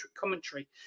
commentary